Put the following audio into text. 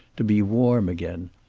to be warm again.